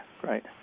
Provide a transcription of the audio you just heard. great